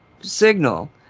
signal